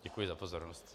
Děkuji za pozornost.